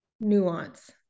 nuance